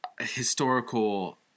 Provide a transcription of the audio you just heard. historical